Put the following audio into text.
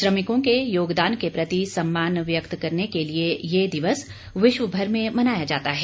श्रमिकों के योगदान के प्रति सम्मान व्यक्त करने के लिए यह दिवस विश्वभर में मनाया जाता है